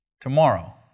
tomorrow